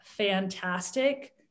fantastic